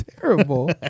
terrible